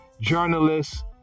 Journalists